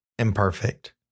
imperfect